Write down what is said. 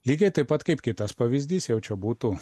lygiai taip pat kaip kitas pavyzdys jau čia būtų